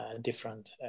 different